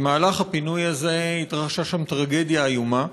במהלך הפינוי הזה התרחשה שם טרגדיה איומה: